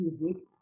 music